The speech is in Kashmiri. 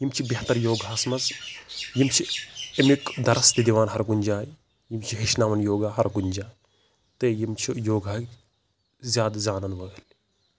یِم چھِ بہتَر یوگاہَس منٛز یِم چھِ اَمیُک دَرَس تہِ دِوان ہَر کُنۍ جایہِ یِم چھِ ہیٚچھناوان یوگا ہَر کُنۍ جا تہٕ یِم چھِ یوگاہٕکۍ زیادٕ زانَن وٲلۍ